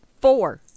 Four